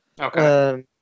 Okay